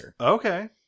Okay